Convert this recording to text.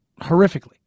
Horrifically